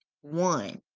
one